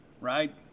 right